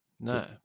No